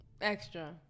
Extra